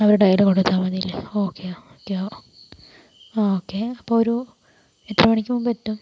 അവരുടെ കയ്യില് കൊടുത്താൽ മതിലെ ഓക്കെ ഓക്കെ ഓക്കെ അപ്പോൾ ഒരു എത്ര മണിക്ക് മുൻപ് എത്തും